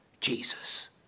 Jesus